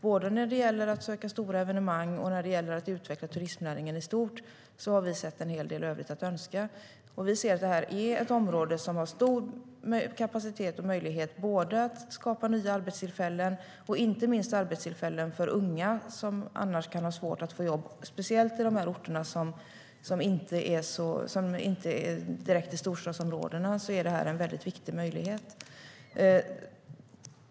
Både när det gäller att söka stora evenemang och när det gäller att utveckla turismnäringen i stort har vi sett att det finns en hel del i övrigt att önska. Vi ser att detta är ett område som har stor kapacitet och stora möjligheter att skapa nya arbetstillfällen. Det gäller inte minst arbetstillfällen för unga som annars kan ha svårt att få jobb. Speciellt på dessa orter, som inte direkt är storstadsområden, är det här en viktig möjlighet.